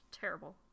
terrible